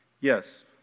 Yes